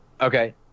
okay